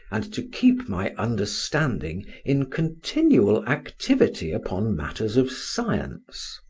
and to keep my understanding in continual activity upon matters of science.